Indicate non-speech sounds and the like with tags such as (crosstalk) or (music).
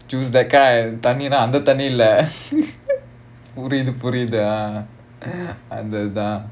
juice that kind தண்ணினா அந்த தண்ணி இல்ல:thanninaa antha thanni illa (noise) புரிது புரிதா:purithu purithaa (noise) அந்த தான்:antha thaan